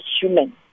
human